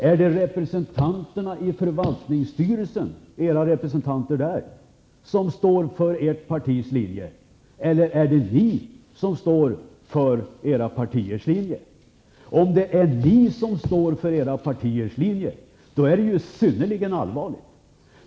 Är det era representanter i förvaltningsstyrelsen som står för era partiers linje, eller är det ni som står för era partiers linje? Om det är ni som står för era partiers linje är det synnerligen allvarligt.